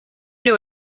new